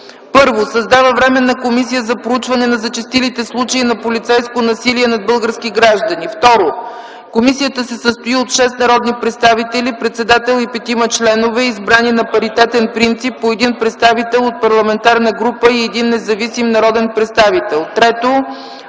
1. Създава Временна комисия за проучване на зачестилите случаи на полицейско насилие над български граждани. 2. Комисията се състои от 6 народни представители: председател и петима членове, избрани на паритетен принцип – по един представител от парламентарна група и един независим народен представител. 3.